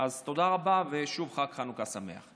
תודה רבה, ושוב חג חנוכה שמח.